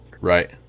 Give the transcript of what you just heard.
Right